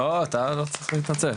לא, אתה לא צריך להתנצל.